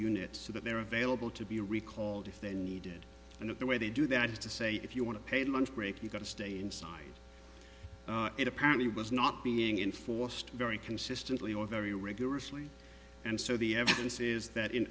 that they're available to be recalled if they needed and the way they do that is to say if you want to pay a lunch break you've got to stay inside it apparently was not being enforced very consistently or very rigorously and so the evidence is that in